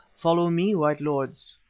follow me, white lords.